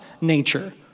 nature